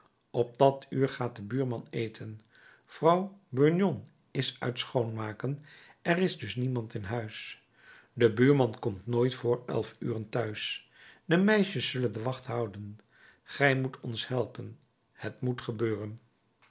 op dat uur gaat de buurman eten vrouw burgon is uit schoonmaken er is dus niemand in huis de buurman komt nooit vr elf uren t'huis de meisjes zullen de wacht houden gij moet ons helpen het moet gebeuren